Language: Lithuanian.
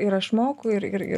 ir aš moku ir ir ir